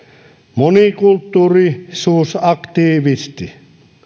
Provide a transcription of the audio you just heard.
monikulttuurisuusaktivisti